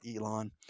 Elon